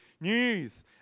news